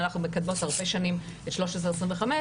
אנחנו מקדמות הרבה שנים את 1325,